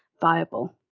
viable